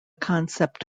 concept